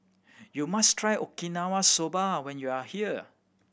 you must try Okinawa Soba when you are here